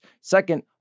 Second